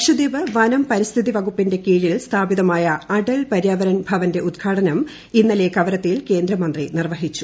ലക്ഷദ്വീപ് വനം ്പരിസ്ഥിതി വകുപ്പിന്റെ കീഴിൽ സ്ഥാപിതമായ അടൽ പര്യവരൺ ഭവന്റെ ഉദ്ഘാടനം ഇന്നലെ കവരത്തിയിൽ കേന്ദ്രമന്ത്രി നിർവ്വഹിച്ചു